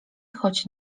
choć